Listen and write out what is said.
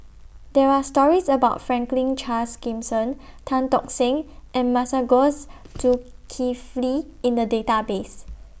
There Are stories about Franklin Charles Gimson Tan Tock Seng and Masagos Zulkifli in The Database